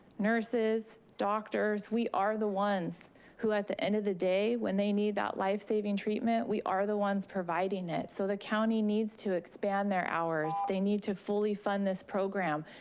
nurses, doctors, we are the ones who, at the end of the day, when they need that lifesaving treatment, we are the ones providing it. so the county needs to expand their hours. they need to fully fund this program.